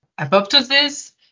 apoptosis